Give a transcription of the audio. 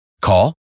Call